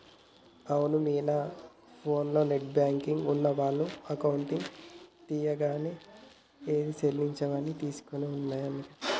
అవును మీనా ఫోన్లో net banking ఉన్నోళ్లకు అకౌంట్ తీయంగానే ఏది సెల్లించినవి తీసుకున్నయి అన్ని కనిపిస్తాయి